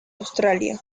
australia